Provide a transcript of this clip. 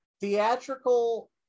theatrical